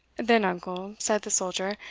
then, uncle, said the soldier,